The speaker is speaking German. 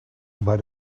bei